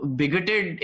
bigoted